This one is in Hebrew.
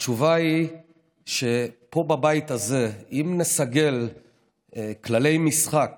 התשובה היא שפה, בבית הזה, אם נסגל כללי משחק